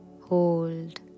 hold